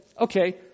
Okay